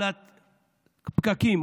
בפקקים,